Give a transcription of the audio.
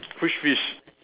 which fish